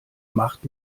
macht